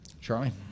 Charlie